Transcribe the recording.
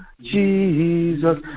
Jesus